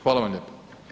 Hvala vam lijepa.